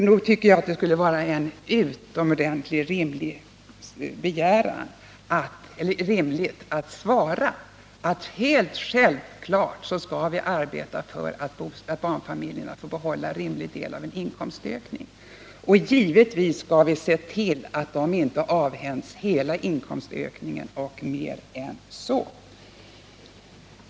Nog vore det rimligt att svara: Självfallet skall vi arbeta för att barnfamiljerna får behålla en skälig del av sin inkomstökning, och givetvis skall vi se till att de inte avhänds hela inkomstökningen och mer än så!